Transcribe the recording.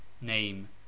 name